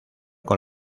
con